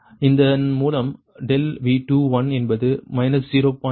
இதன் மூலம் ∆V2 என்பது 0